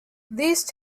these